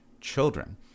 children